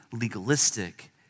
legalistic